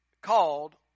called